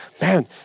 man